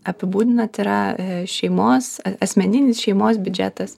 apibūdinat yra šeimos asmeninis šeimos biudžetas